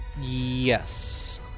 Yes